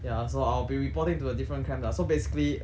ya so I'll be reporting to a different camp lah so basically